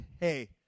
Hey